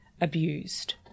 abused